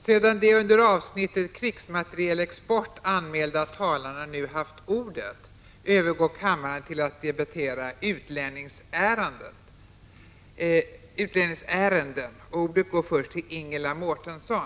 Sedan de under avsnittet Krigsmaterielexport anmälda talarna nu haft ordet övergår kammaren till att debattera Utlänningsärenden.